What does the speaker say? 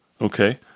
Okay